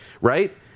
right